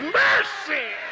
mercy